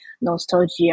nostalgia